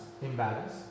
imbalance